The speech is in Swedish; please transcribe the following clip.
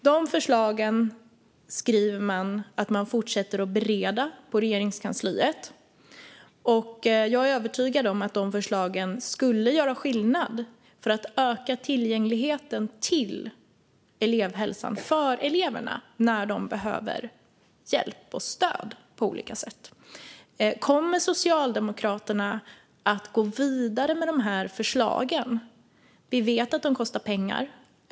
De förslagen skriver man att man fortsätter att bereda på Regeringskansliet. Jag är övertygad om att de förslagen skulle göra skillnad för att öka tillgängligheten till elevhälsan för eleverna när de behöver hjälp och stöd på olika sätt. Kommer Socialdemokraterna att gå vidare med de här förslagen? Vi vet att de kostar pengar.